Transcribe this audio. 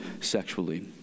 sexually